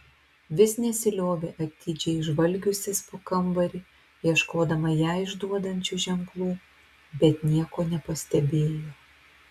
vis nesiliovė atidžiai žvalgiusis po kambarį ieškodama ją išduodančių ženklų bet nieko nepastebėjo